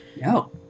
No